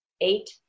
eight